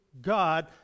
God